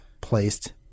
placed